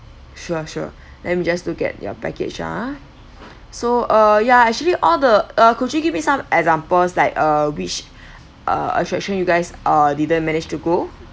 sure sure let me just look at your package ah so uh yeah actually all the uh could you give me some examples like uh which uh attraction you guys uh didn't manage to go